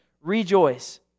Rejoice